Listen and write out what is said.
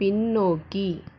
பின்னோக்கி